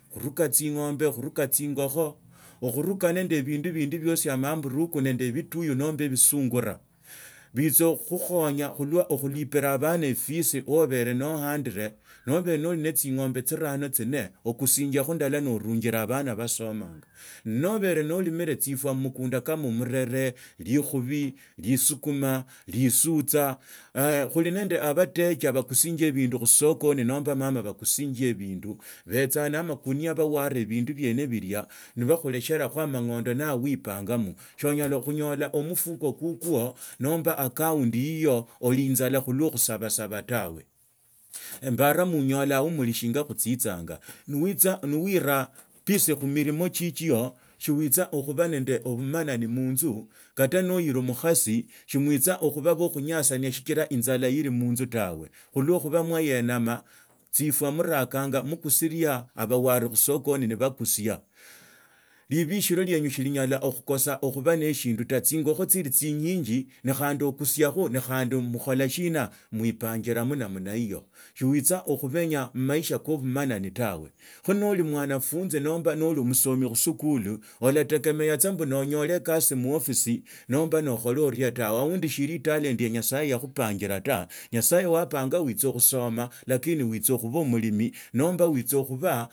Khuruka tsinyumba khuruka tsingokha okhuruka nende ebindu bindi biosi amaambunuk nende obituyo namba ebisingora birtsa khukhiukhanga khulwa okhulipila abana efisi lo obere nohndiru noli nabere na tsing’ombe tsirano tsinnu okusiakha endala norungila abana basomanga nobere nolimile tsirwa mmukunda kama omurere likhubi lisukuma lisutsa khuli nende abateja bakusinja ebindu khusakani nomba mama akusinja ebindu betsaa na amakunia bawaraa ebindu biene bilya nibakhuleshala amangondo nawe naipangamo saanyala khunyala omufuko kukwa nomba accounti yiyo olii inzala khulwa khusabasa bat awe embaraa muunyolaa wo mulishingaa wo khutsitsanga nuwiraa peace khumilima chchio suwitsa okhuba nende obumanani munzu kata nohila omukhasi shimuitsa okhuba ba khunyasiana shikila inzala eti munzu tawe khulwa khuba mwayenama tsirwa murakanya mukusilia obawaru khusokoni ne bakusia libishiro lienyu silinyala okhukosa okhuba neshindu tawe tsingake tsili tsinyinji nakhandi okusiakho nakhandi okhula shina muipangiramo namna hiyo siwitsa ukhumenya amaisha ko bumanani tawe kho noli umwanafunzi nomba omusomi khusikuli olategemea tsa mbu onyole kasi muhofisi nomba nokhole orio tawe aundi shili talent ya nyasaye yakhupangiraa la nyasaye wapanya witsa khusoma lakini witsa khuba mulimi.